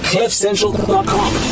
CliffCentral.com